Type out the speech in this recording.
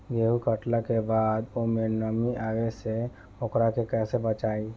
गेंहू कटला के बाद ओमे नमी आवे से ओकरा के कैसे बचाई?